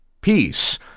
peace